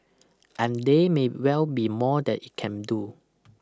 and there may well be more that it can do